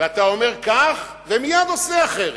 ואתה אומר כך ומייד עושה אחרת.